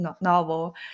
novel